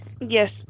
Yes